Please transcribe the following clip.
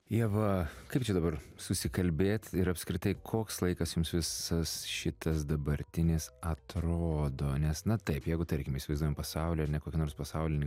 ieva kaip čia dabar susikalbėt ir apskritai koks laikas jums visas šitas dabartinis atrodo nes na taip jeigu tarkim įsivaizduojam pasaulį ar ne kokį nors pasaulinį